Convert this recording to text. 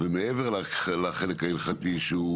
ומעבר לחלק ההלכתי שהוא